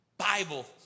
Bible